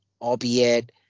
albeit